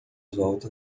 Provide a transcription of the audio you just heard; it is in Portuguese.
volta